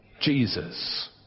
Jesus